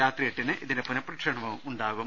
രാത്രി എട്ടിന് ഇതിന്റെ പുനപ്രക്ഷേപണവും ഉണ്ടാ കും